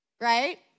Right